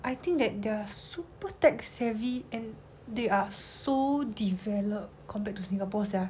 I think that they are super tech savvy and they are so developed compared to singapore sia